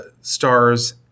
stars